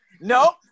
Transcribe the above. No